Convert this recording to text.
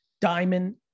diamond